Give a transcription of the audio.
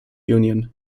union